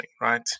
right